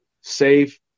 safe